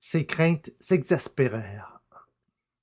ses craintes s'exaspérèrent